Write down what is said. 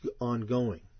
ongoing